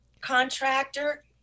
contractor